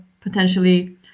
potentially